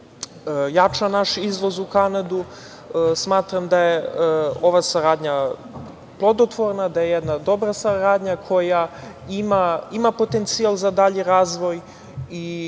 jača naš izvoz u Kanadu. Smatram da je ova saradnja plodotvorna, da je jedna dobra saradnja koja ima potencijal za dalji razvoj i